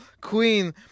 queen